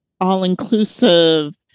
all-inclusive